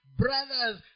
brothers